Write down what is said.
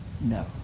no